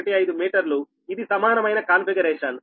15 మీటర్లు ఇదిసమానమైన కాన్ఫిగరేషన్